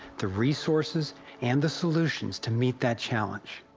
the resources and the solutions, to meet that challenge.